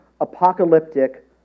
apocalyptic